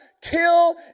kill